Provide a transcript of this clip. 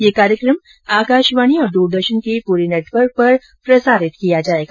ये कार्यक्रम आकाशवाणी और दूरदर्शन के पूरे नेटवर्क पर प्रसारित किया जाएगा